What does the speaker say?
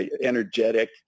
energetic